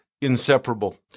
inseparable